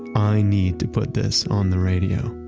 i need to put this on the radio.